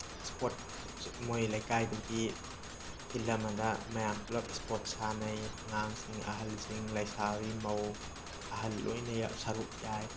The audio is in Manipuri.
ꯏꯁꯄꯣꯠ ꯃꯣꯏ ꯂꯩꯀꯥꯏꯗꯨꯒꯤ ꯐꯤꯜ ꯑꯃꯗ ꯃꯌꯥꯝ ꯄꯨꯂꯞ ꯏꯁꯄꯣꯠ ꯁꯥꯟꯅꯩ ꯑꯉꯥꯡꯁꯤꯡ ꯑꯍꯜꯁꯤꯡ ꯂꯩꯁꯥꯕꯤ ꯃꯧ ꯑꯍꯜ ꯂꯣꯏꯅ ꯁꯥꯔꯨꯛ ꯌꯥꯏ